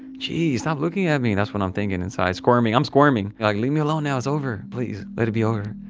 geez. stop looking at me. that's what i'm thinking inside. squirming, i'm squirming. like, leave me alone now. it's over. please let it be over.